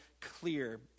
clear